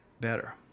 better